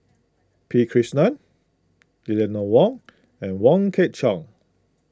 P Krishnan Eleanor Wong and Wong Kwei Cheong